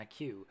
IQ